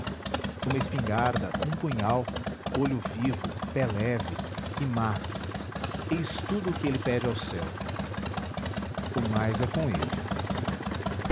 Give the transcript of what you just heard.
uma espingarda um punhal olho vivo pé leve e mato eis tudo o que ele pede ao céu o mais é com ele